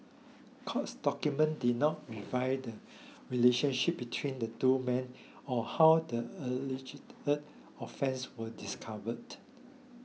courts documents did not reveal the relationship between the two men or how the alleged offence was discovered